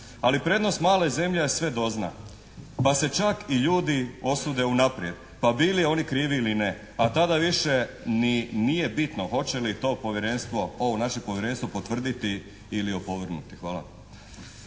Ali prednost male zemlje je da sve dozna. Pa se čak i ljudi osude unaprijed pa bili oni krivi ili ne, ali tada više nije bitno hoće li to povjerenstvo, ovo naše povjerenstvo potvrditi ili opovrgnuti. Hvala.